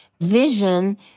vision